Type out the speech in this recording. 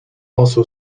also